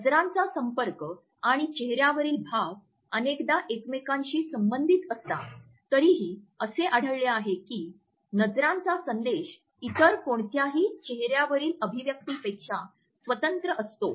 नजरांचा संपर्क आणि चेहऱ्यावरील भाव अनेकदा एकमेकांशी संबंधित असतात तरीही असे आढळले आहे की नजरांचा संदेश इतर कोणत्याही चेहऱ्यावरील अभिव्यक्तीपेक्षा स्वतंत्र असतो